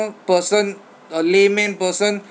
person a layman person